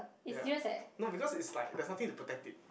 ya no because it's like there's nothing to protect it